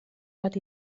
bat